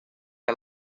and